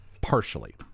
partially